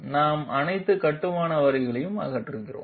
நாம் அனைத்து கட்டுமான வரிகளையும் அகற்றுகிறோம்